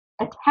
attack